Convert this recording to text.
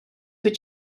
від